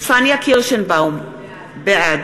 פניה קירשנבאום, בעד